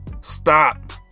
Stop